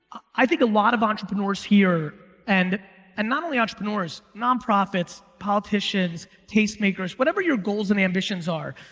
i think a lot of entrepreneurs here, and and not only entrepreneurs, nonprofits, politicians, tastemakers, whatever your goals and ambitions are.